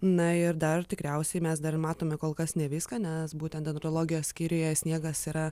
na ir dar tikriausiai mes dar matome kol kas ne viską nes būtent dendrologijos skyriuje sniegas yra